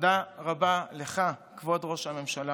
תודה רבה לך, כבוד ראש הממשלה